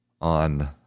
on